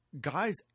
guys